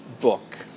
book